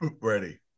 Ready